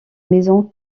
maison